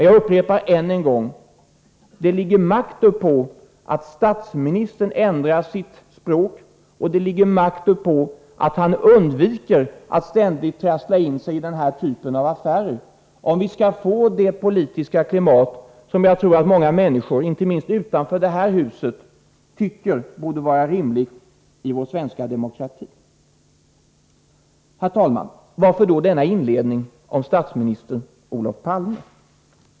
Jag upprepar än en gång: Det ligger makt uppå att statsministern ändrar sitt språkbruk, och det ligger makt uppå att han undviker att ständigt trassla in sigiden här typen av affärer, om vi skall få det politiska klimat som jag tror att många människor, inte minst utanför det här huset, tycker vore rimligt i vår svenska demokrati. Herr talman! Varför denna inledning om Olof Palme?